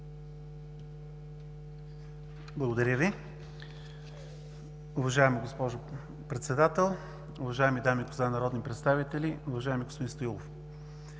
Благодаря Ви.